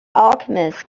alchemist